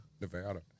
Nevada